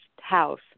house